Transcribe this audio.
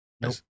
Nope